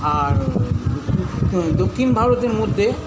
আর দক্ষিণ ভারতের মধ্যে